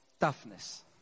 toughness